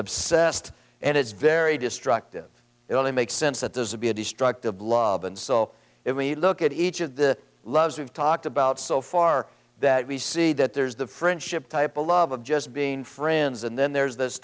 obsessed and it's very destructive it only makes sense that this would be a destructive blob and so if we look at each of the loves we've talked about so far that we see that there's the friendship type of love of just being friends and then there's this